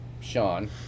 Sean